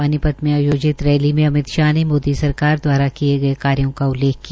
पानीपत में आयोजित रैली में अमित शाह ने मोदी सरकार द्वारा किए गए कार्यो का उल्लेख किया